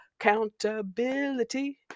accountability